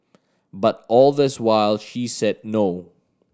but all this while she said no